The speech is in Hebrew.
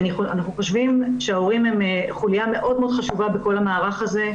אנחנו חושבים שההורים הם חוליה מאוד מאוד חשובה בכל המערך הזה.